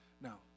Now